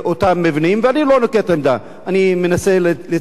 ואני לא נוקט עמדה, אני מנסה להיצמד לעובדות.